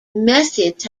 methods